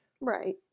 Right